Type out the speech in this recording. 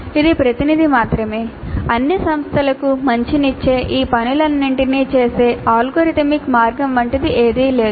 ఇది ప్రతినిధి మాత్రమే అన్ని సంస్థలకు మంచినిచ్చే ఈ పనులన్నింటినీ చేసే అల్గోరిథమిక్ మార్గం వంటిది ఏదీ లేదు